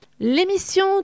L'émission